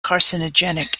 carcinogenic